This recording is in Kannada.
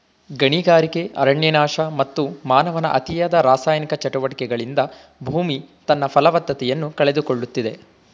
ಗಣಿಗಾರಿಕೆ, ಅರಣ್ಯನಾಶ, ಮತ್ತು ಮಾನವನ ಅತಿಯಾದ ರಾಸಾಯನಿಕ ಚಟುವಟಿಕೆಗಳಿಂದ ಭೂಮಿ ತನ್ನ ಫಲವತ್ತತೆಯನ್ನು ಕಳೆದುಕೊಳ್ಳುತ್ತಿದೆ